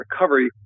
recovery